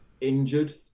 injured